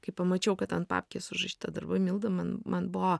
kai pamačiau kad ant papkės užrašyta darbai mildai man man buvo